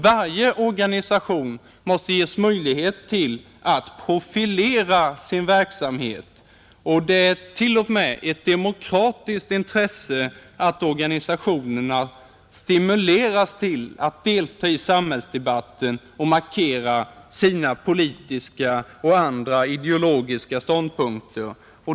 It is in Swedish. Varje organisation måste ges möjlighet till att profilera sin verksamhet. Det är t.o.m. ett demokratiskt intresse att organisationerna stimuleras till att delta i samhällsdebatten och markera sina politiska och andra ideologiska ståndpunkter.